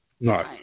No